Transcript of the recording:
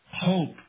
hope